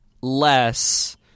less